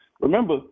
Remember